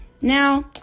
now